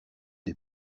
des